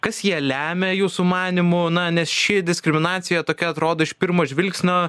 kas ją lemia jūsų manymu na nes ši diskriminacija tokia atrodo iš pirmo žvilgsnio